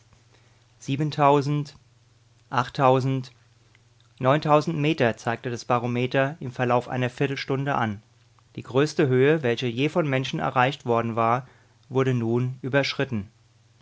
neuntausend meter zeigte das barometer im verlauf einer viertelstunde an die größte höhe welche je von menschen erreicht worden war wurde nun überschritten